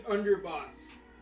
Underboss